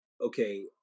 okay